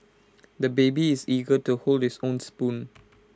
the baby is eager to hold his own spoon